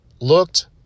looked